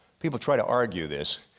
people try to argue this,